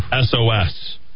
SOS